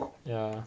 yeah